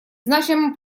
значимом